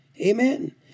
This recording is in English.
Amen